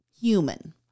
human